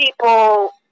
people